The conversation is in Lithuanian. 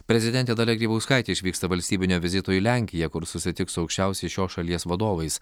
prezidentė dalia grybauskaitė išvyksta valstybinio vizito į lenkiją kur susitiks su aukščiausiais šios šalies vadovais